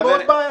זה מאוד בעייתי.